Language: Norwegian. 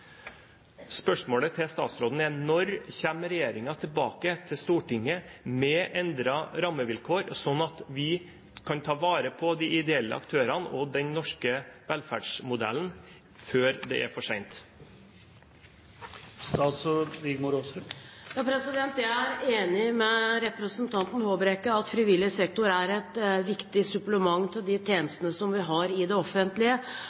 Spørsmålet til statsråden er: Når kommer regjeringen tilbake til Stortinget med endrede rammevilkår, slik at vi kan ta vare på de ideelle aktørene og den norske velferdsmodellen, før det er for sent? Jeg er enig med representanten Håbrekke i at frivillig sektor er et viktig supplement til de tjenestene som vi har i det offentlige,